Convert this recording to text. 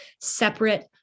separate